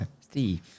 Steve